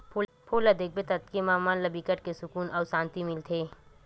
फूल ल देखबे ततके म मन ला बिकट के सुकुन अउ सांति मिलथे